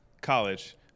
college